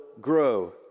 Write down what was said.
grow